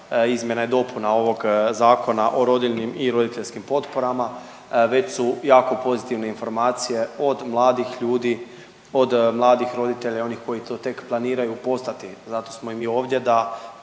izmjena i dopuna ovog Zakona o rodiljnim i roditeljskim potporama, već su jako pozitivne informacije od mladih ljudi, od mladih roditelja i onih koji to tek planiraju postati, zato smo i mi ovdje da